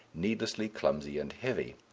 needlessly clumsy and heavy,